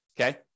okay